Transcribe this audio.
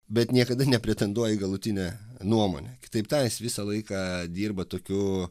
bet niekada nepretenduoja į galutinę nuomonę kitaip tariant jis visą laiką dirba tokiu